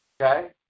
Okay